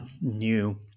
new